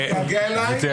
--- מתגעגע אליי,